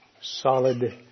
solid